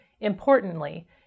Importantly